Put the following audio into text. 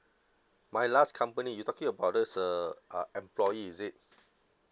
my last company you talking about this uh employee is it